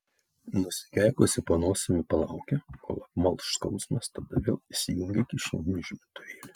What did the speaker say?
nusikeikusi po nosimi palaukė kol apmalš skausmas tada vėl įsijungė kišeninį žibintuvėlį